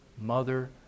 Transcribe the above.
mother